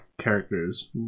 characters